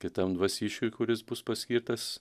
kitam dvasiškiui kuris bus paskirtas